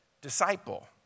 disciple